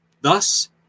thus